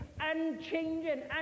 unchanging